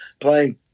playing